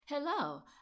Hello